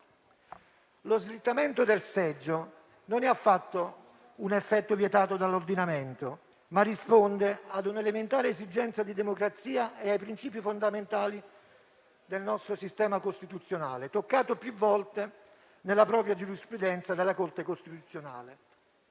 Lo slittamento del seggio non è un effetto vietato dall'ordinamento, ma risponde ad una elementare esigenza di democrazia e ai principi fondamentali del nostro sistema costituzionale, toccato più volte, nella propria giurisprudenza, dalla Corte costituzionale.